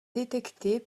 détectés